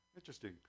interesting